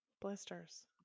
Blisters